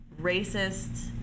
racist